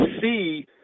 see